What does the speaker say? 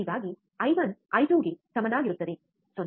ಹೀಗಾಗಿ ಐ1 ಐ2 ಗೆ ಸಮನಾಗಿರುತ್ತದೆ 0